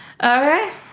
Okay